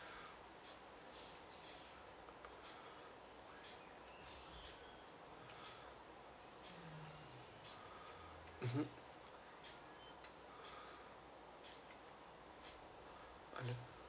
mm hmm